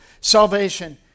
salvation